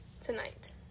tonight